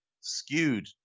skewed